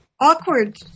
awkward